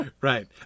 right